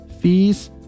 fees